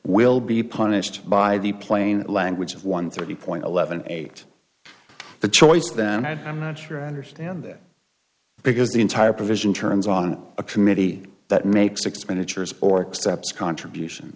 will be punished by the plain language of one thirty point eleven eight the choice then i am not sure i understand that because the entire provision turns on a committee that makes expenditures or accepts contribution